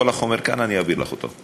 וכל החומר כאן ואני אעביר לך אותו.